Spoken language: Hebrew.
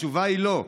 "התשובה היא לא.